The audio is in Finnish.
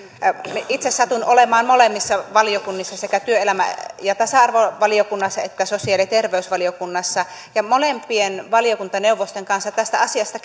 itse satun olemaan molemmissa valiokunnissa sekä työelämä ja tasa arvovaliokunnassa että sosiaali ja terveysvaliokunnassa ja molempien valiokuntaneuvosten kanssa tästä asiasta